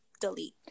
delete